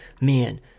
man